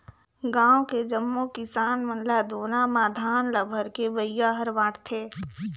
गांव के जम्मो किसान मन ल दोना म धान ल भरके बइगा हर बांटथे